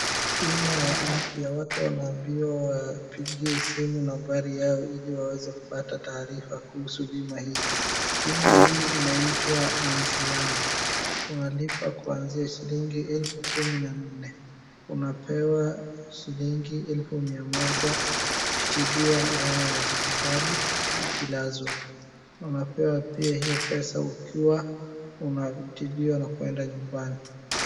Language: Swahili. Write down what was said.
Bima ya afya, watu wanaambiwa wapigie simu nambari yao ili waweze kupata taarifa kuhusu bima hii. Bima hii inaitwa anziano, unalipa kwanzia shilingi elfu kumi na nne, unapewa shilingi elfu mia moja kutibiwa ndani ya hospitali ukilazwa na unapewa hiyo pesa pia ukitibiwa na kuenda nyumbani.